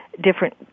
different